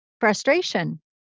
frustration